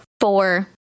four